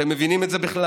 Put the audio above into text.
אתם מבינים את זה בכלל?